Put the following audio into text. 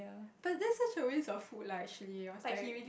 but this such a waste of food lah actually I was like